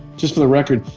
just for the record,